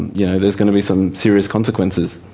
you know, there's going to be some serious consequences.